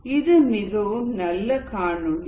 இது மிகவும் நல்ல காணொளி